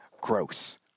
gross